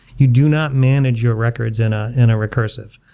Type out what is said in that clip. you do not manage your records in ah in a recursive.